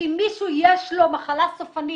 שאם יש למישהו מחלה סופנית